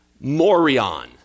morion